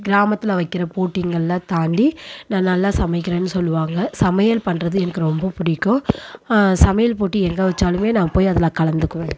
கிராமத்தில் வைக்கிற போட்டிங்கள்லாம் தாண்டி நான் நல்லா சமைக்கிறேன்னு சொல்லுவாங்க சமையல் பண்ணுறது எனக்கு ரொம்ப பிடிக்கும் சமையல் போட்டி எங்கே வச்சாலுமே நாங்கள் போய் அதில் கலந்துக்குவேன்